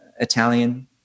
Italian